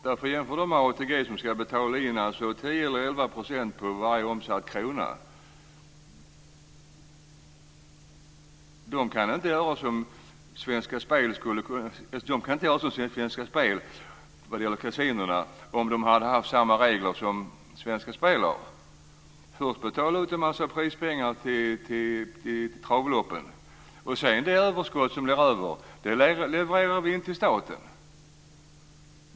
Jämför det med ATG som ska betala 10 eller 11 % på varje omsatt krona. ATG kan inte göra som Svenska Spel kan göra vad gäller kasinona. Det skulle det kunnat om det haft samma regler som Svenska Spel har. Först skulle i så fall ATG betala ut en mängd prispengar till travloppen, och det överskott som blir över skulle det sedan leverera in till staten.